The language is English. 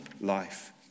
life